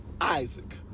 Isaac